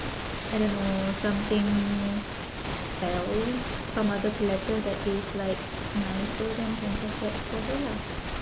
I don't know something else some other platter that is like nicer then can just get for her lah